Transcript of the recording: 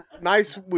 Nice